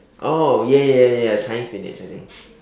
oh ya ya ya ya ya ya Chinese spinach I think